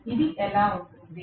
ఇది ఎలా ఉంటుంది